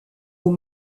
aux